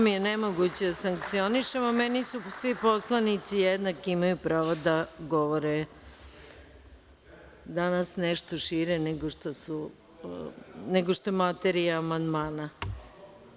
Malo je nemoguće da sankcionišemo, meni su svi poslanici jednaki i imaju pravo da govore, a danas nešto šire nego što je materija amandmana.